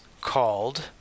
called